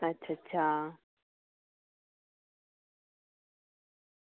अच्छा अच्छा